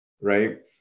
right